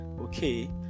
okay